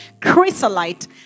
chrysolite